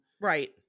Right